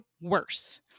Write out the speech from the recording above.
worse